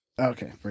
Okay